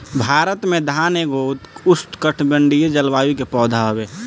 भारत में धान एगो उष्णकटिबंधीय जलवायु के पौधा हवे